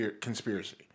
conspiracy